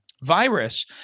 virus